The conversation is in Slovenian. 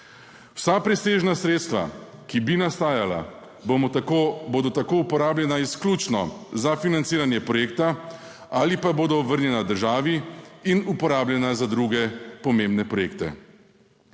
Vsa presežna sredstva, ki bi nastajala, bodo tako uporabljena izključno za financiranje projekta ali pa bodo vrnjena državi in uporabljena za druge pomembne projekte.